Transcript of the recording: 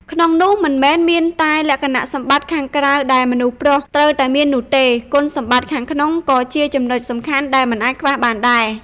ក្នុងនោះ មិនមែនមានតែលក្ខណៈសម្បត្តិខាងក្រៅដែលមនុស្សប្រុសត្រូវតែមាននោះទេ គុណសម្បត្តិខាងក្នុងក៏ជាចំណុចសំខាន់ដែលមិនអាចខ្វះបានដែរ។